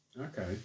Okay